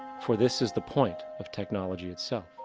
for this is the point of technology itself.